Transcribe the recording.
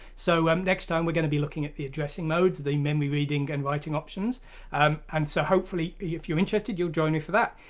so um next time we're going to be looking at the addressing modes. the memory reading and writing options um and so hopefully if you're interested you'll join me for that,